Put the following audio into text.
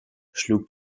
schlug